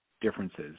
differences